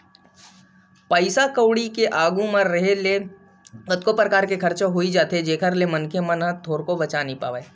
पइसा कउड़ी के आघू म रेहे ले कतको परकार के खरचा होई जाथे जेखर ले मनखे ह थोरको बचा नइ पावय